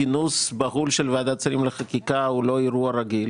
כינוס בהול של ועדת שרים לחקיקה הוא לא אירוע רגיל